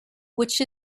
which